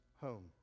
home